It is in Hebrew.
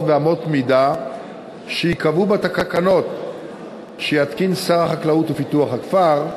ואמות מידה שייקבעו בתקנות שיתקין שר החקלאות ופיתוח הכפר,